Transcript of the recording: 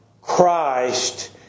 Christ